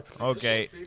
Okay